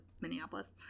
Minneapolis